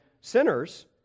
sinners